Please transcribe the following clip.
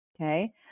Okay